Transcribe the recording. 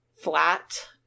flat